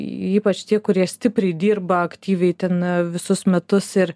ypač tie kurie stipriai dirba aktyviai itin visus metus ir